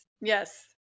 Yes